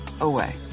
away